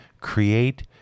create